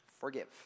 Forgive